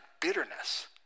bitterness